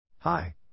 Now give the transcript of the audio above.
Hi